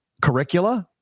curricula